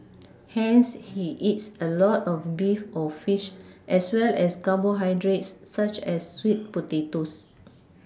hence he eats a lot of beef or fish as well as carbohydrates such as sweet potatoes